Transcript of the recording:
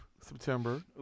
September